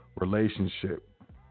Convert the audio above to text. relationship